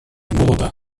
голода